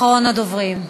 אחרון הדוברים.